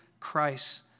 Christ